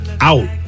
out